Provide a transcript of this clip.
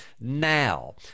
Now